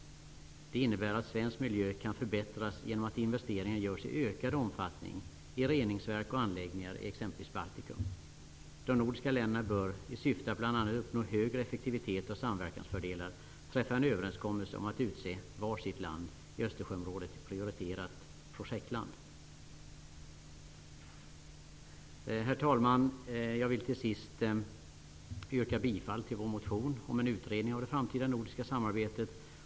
Det innebär att svensk miljö kan förbättras genom att investeringar görs i ökad omfattning i reningsverk och anläggningar i exempelvis Baltikum. De nordiska länderna bör, i syfte att bl.a. uppnå högre effektivitet och samverkansfördelar, träffa en överenskommelse om att utse var sitt land i Östersjöområdet till prioriterat projektland. Herr talman! Jag vill till sist yrka bifall till vår motion om en utredning av det framtida nordiska samarbetet.